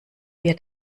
wir